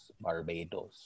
Barbados